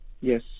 Yes